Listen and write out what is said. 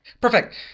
Perfect